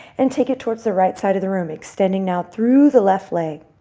and take it towards the right side of the room, extending now through the left leg.